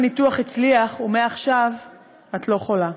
הניתוח הצליחה ומעכשיו את לא חולה,